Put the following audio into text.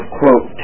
quote